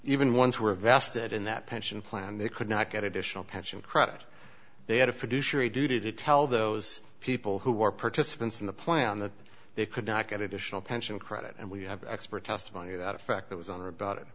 even ones who are vested in that pension plan they could not get additional pension credit they had a fiduciary duty to tell those people who are participants in the plan that they could not get additional pension credit and we have expert testimony that effect that was on or about it